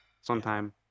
sometime